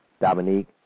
Dominique